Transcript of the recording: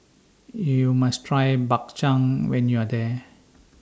YOU must Try Bak Chang when YOU Are here